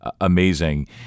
amazing